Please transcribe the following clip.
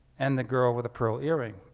and the girl with a pearl earring.